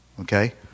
Okay